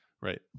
Right